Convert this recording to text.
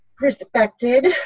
respected